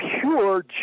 pure